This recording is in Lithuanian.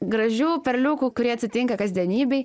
gražių perliukų kurie atsitinka kasdienybėj